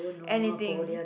anything